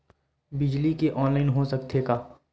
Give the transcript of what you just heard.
बिजली के ऑनलाइन हो सकथे का?